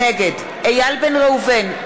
נגד איל בן ראובן,